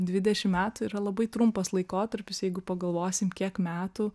dvidešim metų yra labai trumpas laikotarpis jeigu pagalvosim kiek metų